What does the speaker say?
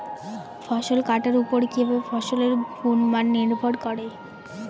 ফসল কাটার উপর কিভাবে ফসলের গুণমান নির্ভর করে?